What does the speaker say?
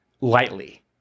lightly